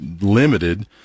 limited